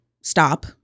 stop